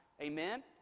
Amen